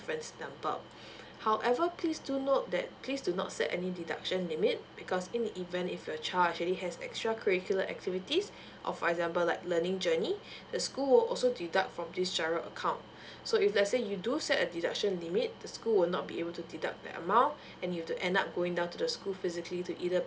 number however please do note that please do not set any deduction limit because in the even if your child actually has extra curricular activities or for example like learning journey the school will also deduct from this G_I_R_O account so if let's say you do set a deduction limit the school will not be able to deduct that amount and you have to end up going down to the school physically to either